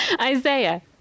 Isaiah